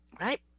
right